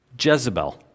Jezebel